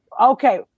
Okay